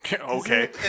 Okay